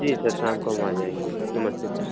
जी sir शाम को हम आ जाएँगे नमस्ते सर